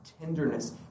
tenderness